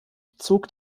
zog